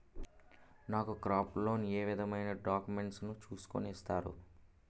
నాకు crop loan ఏ విధమైన డాక్యుమెంట్స్ ను చూస్కుని ఇస్తారు?